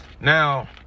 now